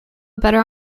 better